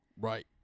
Right